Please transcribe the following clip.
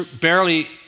barely